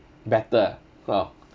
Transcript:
better ah well